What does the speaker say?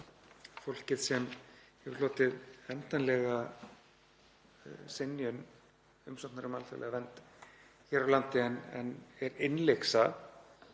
fólkið sem hefur hlotið endanlega synjun umsóknar um alþjóðlega vernd hér á landi en er innlyksa